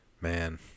man